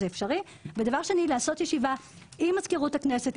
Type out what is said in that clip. ודבר שני לקיים ישיבה עם מזכירות הכנסת,